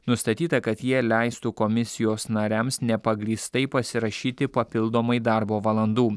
nustatyta kad jie leistų komisijos nariams nepagrįstai pasirašyti papildomai darbo valandų